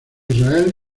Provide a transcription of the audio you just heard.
israel